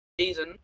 season